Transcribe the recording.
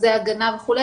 מרכזי הגנה וכו',